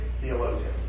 theologian